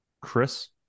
Chris